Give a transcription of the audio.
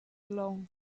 along